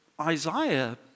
Isaiah